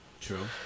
True